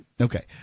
Okay